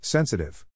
Sensitive